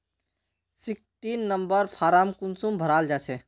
Sixteen number form कुंसम भराल जाछे?